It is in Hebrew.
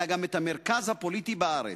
אלא גם את המרכז הפוליטי בארץ,